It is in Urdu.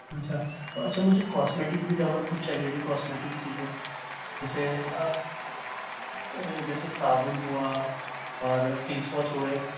اچھا اچھا مجھے کاسمیٹک بھی دوا کچھ چاہیے تھی کاسمیٹک چیزیں جیسے جیسے صابن ہوا اور فیس واش ہوئے